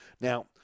Now